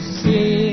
see